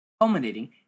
culminating